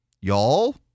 Y'all